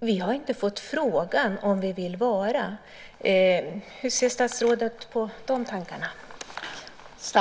Vi har inte fått frågan om ifall vi vill vara ledare. Hur ser statsrådet på de tankarna?